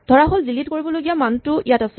ধৰাহ'ল ডিলিট কৰিবলগীয়া মান ভি টো ইয়াত আছে